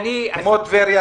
כמו טבריה.